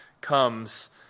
comes